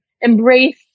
embrace